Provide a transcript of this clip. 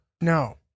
No